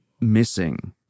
missing